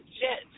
Jets